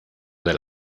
del